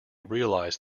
realized